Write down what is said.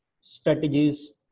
strategies